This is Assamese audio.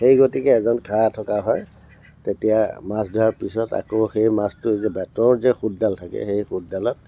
সেই গতিকে এজন খাৰা থকা হয় তেতিয়া মাছ ধৰা পিছত আকৌ সেই মাছটো বেতৰ যে সূতডাল থাকে সেই সূতডালত